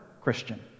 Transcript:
Christian